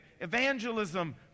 evangelism